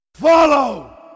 Follow